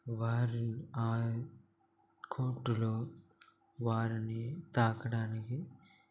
వారిని ఆ కోర్టులో వారిని తాకడానికి